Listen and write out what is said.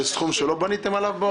זה סכום שלא בניתם עליו בעודפים?